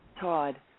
Todd